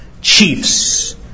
Chiefs